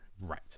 Right